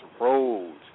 roads